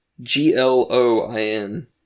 G-L-O-I-N